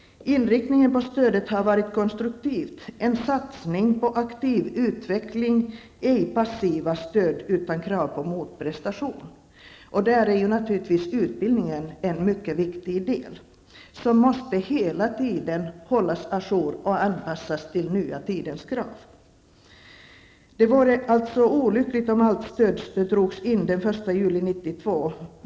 Inriktningen på stödet har varit konstruktiv -- en satsning på aktiv utveckling och inte ett passivt stöd utan krav på motprestation. Utbildningen i detta sammanhang är naturligtvis en viktig del som hela tiden måste hållas à jour och anpassas till den nya tidens krav. Det vore alltså olyckligt om allt stöd drogs in den 1 juli 1992.